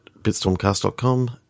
bitstormcast.com